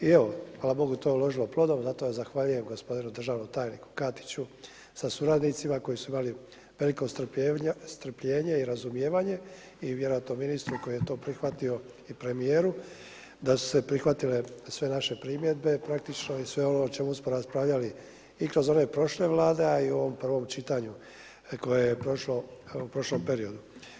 I evo hvala Bogu, to je urodilo plodom, zato zahvaljujem gospodinu državnom tajniku Katiću sa suradnicima koji su imali veliko strpljenje i razumijevanje i vjerojatno ministru koji je to prihvatio i premijeru, da su se prihvatile sve naše primjedbe praktično i sve ono o čemu smo raspravljali i kroz one prošle Vlade, a i u ovom prvom čitanju koje je prošlo u prošlom periodu.